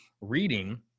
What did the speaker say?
reading